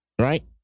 Right